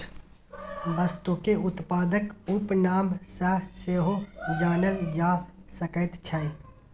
वस्तुकेँ उत्पादक उपनाम सँ सेहो जानल जा सकैत छै